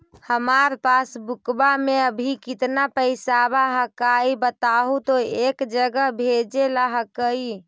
हमार पासबुकवा में अभी कितना पैसावा हक्काई बताहु तो एक जगह भेजेला हक्कई?